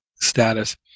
status